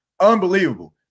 Unbelievable